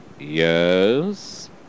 Yes